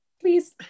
please